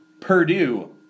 Purdue